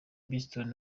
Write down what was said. boston